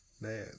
man